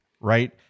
right